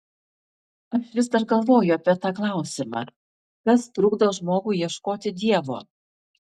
aš vis dar galvoju apie tą klausimą kas trukdo žmogui ieškoti dievo